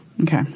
Okay